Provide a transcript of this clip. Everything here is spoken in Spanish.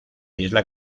isla